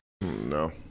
No